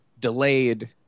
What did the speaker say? delayed